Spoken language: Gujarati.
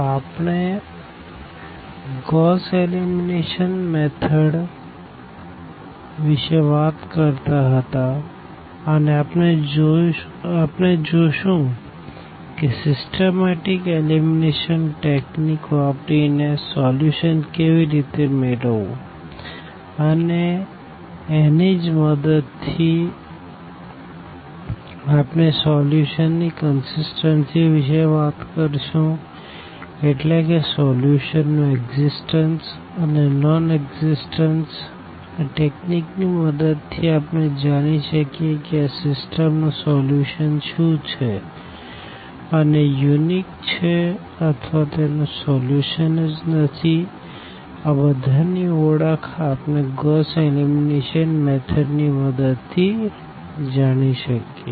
તો આપણે ગોસ એલિમિનેશન મેથડ વિષે વાત કરતા હતા અને આપણે જોશું કે સિસ્ટમેટીક એલિમિનેશન ટેકનીક વાપરી ને સોલ્યુશન કેવી રીતે મેળવવું અને અને એની જ મદદ થી આપણે સોલ્યુશન ની કંસીસટન્સી વિષે વાત કરશું એટલે કે સોલ્યુશન નું એક્ષિસટન્સ અને નોન એક્ષિસટન્સ આ ટેકનીક ની મદદ થી આપણે જાની શકીએ કે આ સીસ્ટમ નું સોલ્યુશન શુ છે અને તે યુનિક છે અથવા તેનું સોલ્યુશન જ નથી આ બધાની ઓળખ આપણે ગોસ એલિમિનેશન મેથડ ની મદદ થી જાણી શકીએ